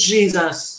Jesus